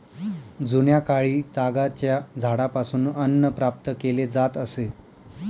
जुन्याकाळी तागाच्या झाडापासून अन्न प्राप्त केले जात असे